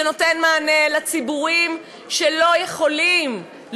שנותן מענה לציבורים שלא יכולים,